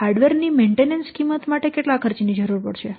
hardware ની maintenance કિંમત માટે કેટલા ખર્ચ ની જરૂર પડશે